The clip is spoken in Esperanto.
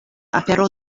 afero